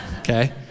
Okay